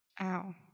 Ow